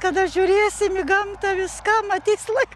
kada žiūrėsim į gamtą viskam ateis laik